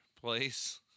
place